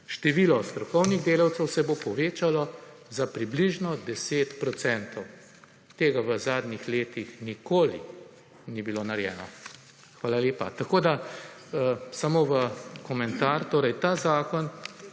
število strokovnih delavcev se bo povečalo za približno 10 %. Tega v zadnjih letih nikoli ni bilo narejeno. Hvala lepa. Tako da, samo v komentar. Torej ta zakon